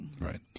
Right